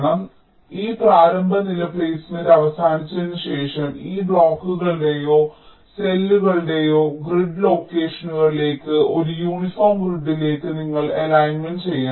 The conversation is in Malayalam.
അതിനാൽ ഈ പ്രാരംഭ നില പ്ലെയ്സ്മെന്റ് അവസാനിച്ചതിനുശേഷം ഈ ബ്ലോക്കുകളുടെയോ സെല്ലുകളുടെയോ ഗ്രിഡ് ലൊക്കേഷനുകളിലേക്ക് ഒരു യൂണിഫോം ഗ്രിഡിലേക്ക് നിങ്ങൾ അലൈൻമെന്റ് ചെയ്യണം